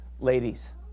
ladies